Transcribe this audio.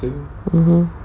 mmhmm